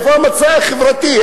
איפה המצע החברתי?